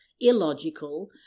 illogical